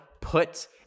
put –